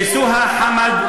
וסהא חאמד,